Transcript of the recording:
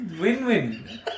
win-win